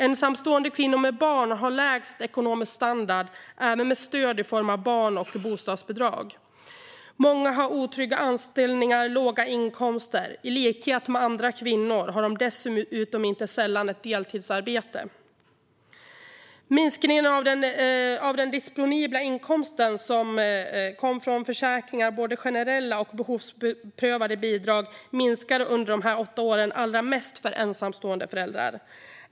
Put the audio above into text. Ensamstående kvinnor med barn har lägst ekonomisk standard även med stöd i form av barn och bostadsbidrag. Många har otrygga anställningar och låga inkomster. I likhet med andra kvinnor har de dessutom inte sällan ett deltidsarbete. Minskningen av den disponibla inkomst som kom från försäkringar och både generella och behovsprövade bidrag minskade under de här åtta åren allra mest för ensamstående föräldrar.